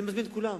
אני מזמין את כולם